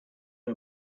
her